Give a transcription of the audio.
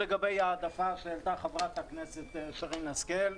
לגבי ההעדפה שהעלתה חברת הכנסת שרן השכל,